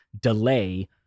delay